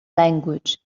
language